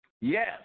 Yes